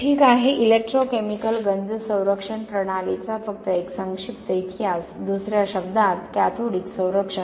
ठीक आहे इलेक्ट्रोकेमिकल गंज संरक्षण प्रणालीचा फक्त एक संक्षिप्त इतिहास दुसऱ्या शब्दांत कॅथोडिक संरक्षण